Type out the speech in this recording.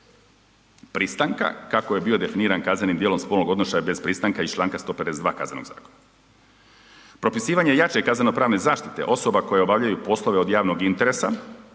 pristanka kako je bio definiran kaznenim djelom spolnog odnošaja bez pristanka iz članka 152. KZ. Propisivanje jače kaznenopravne zaštite osoba koje obavljaju poslove od javnog interesa